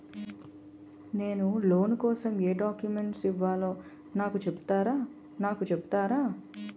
నేను లోన్ కోసం ఎం డాక్యుమెంట్స్ ఇవ్వాలో నాకు చెపుతారా నాకు చెపుతారా?